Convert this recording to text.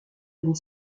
d’une